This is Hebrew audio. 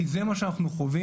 כי זה מה שאנחנו חווים.